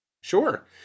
Sure